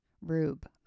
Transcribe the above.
rube